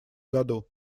году